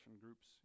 groups